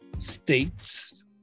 states